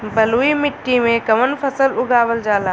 बलुई मिट्टी में कवन फसल उगावल जाला?